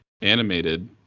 animated